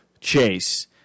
Chase